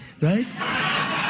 right